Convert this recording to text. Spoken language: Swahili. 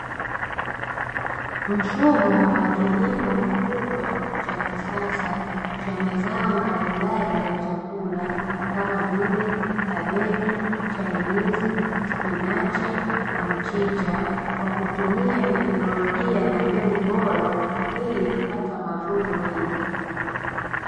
Mfumo wa kilimo kikubwa cha kisasa cha mazao mbalimbali ya chakula, kama vile: kabeji, chainizi, spinachi na mchicha; kwa kutumia teknolojia na mbegu bora, ili kupata mavuno mengi.